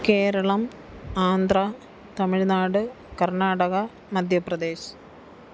Keralam Andhra Tamil Nadu Karnataka Madhya Pradesh